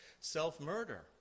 self-murder